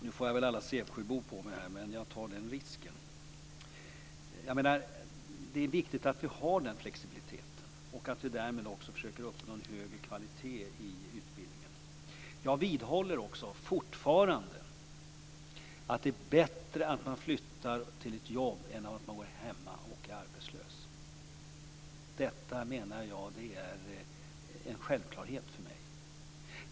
Nu får jag väl alla sävsjöbor på mig, men jag tar den risken. Det är viktigt att vi har den flexibiliteten, och att vi därmed också försöker uppnå en högre kvalitet i utbildningen. Jag vidhåller också fortfarande att det är bättre att man flyttar till ett jobb än att man går hemma och är arbetslös. Detta är en självklarhet för mig.